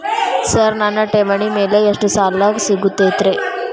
Sir ನನ್ನ ಠೇವಣಿ ಮೇಲೆ ಎಷ್ಟು ಸಾಲ ಸಿಗುತ್ತೆ ರೇ?